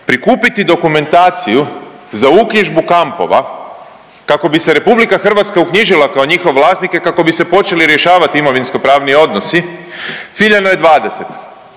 prikupiti dokumentaciju za uknjižbu kampova kako bi se RH uknjižila kao njihov vlasnik i kako bi se počeli rješavat imovinskopravni odnosi, ciljano je 20,